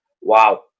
Wow